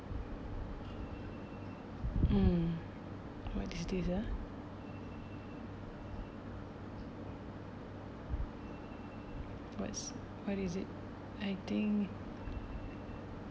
mm what is this ah what's what is it I think